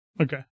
Okay